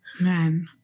man